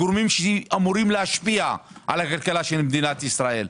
הגורמים שאמורים להשפיע על כלכלת מדינת ישראל.